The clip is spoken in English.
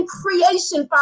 creation